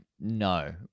no